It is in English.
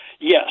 Yes